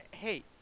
Hey